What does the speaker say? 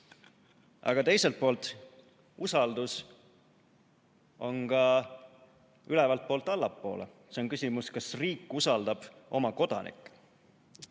Aga teiselt poolt on usaldus ka ülevaltpoolt allapoole. See on küsimus, kas riik usaldab oma kodanikke,